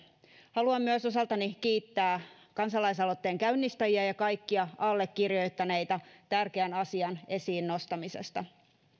haluan myös osaltani kiittää kansalaisaloitteen käynnistäjiä ja kaikkia allekirjoittaneita tärkeän asian esiin nostamisesta